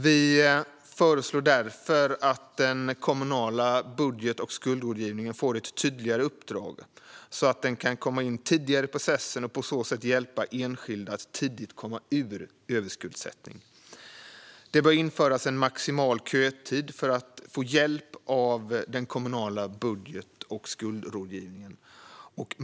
Vi föreslår därför att den kommunala budget och skuldrådgivningen får ett tydligare uppdrag, så att den kan komma in tidigare i processen och på så sätt hjälpa enskilda att tidigt komma ur överskuldsättning. Det bör införas en maximal kötid för att få hjälp av den kommunala budget och skuldrådgivningen.